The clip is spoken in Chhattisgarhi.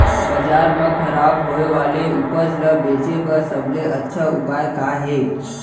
बाजार मा खराब होय वाले उपज ला बेचे बर सबसे अच्छा उपाय का हे?